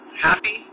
happy